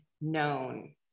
known